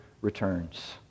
returns